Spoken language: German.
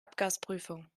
abgasprüfung